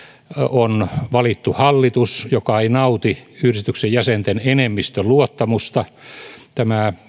on valittu hallitus joka ei nauti yhdistyksen jäsenten enemmistön luottamusta tämä